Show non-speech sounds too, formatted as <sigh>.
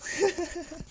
<laughs>